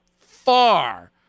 far